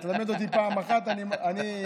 למד אותי פעם אחת, אני,